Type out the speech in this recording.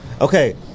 Okay